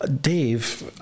Dave